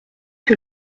que